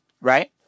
Right